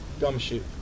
gumshoe